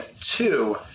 two